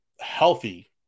healthy